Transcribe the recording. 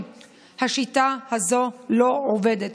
שהיא עושה משהו,